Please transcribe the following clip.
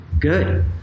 good